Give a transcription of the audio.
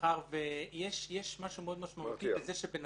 מאחר שיש משהו מאוד משמעותי בזה שבן